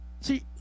See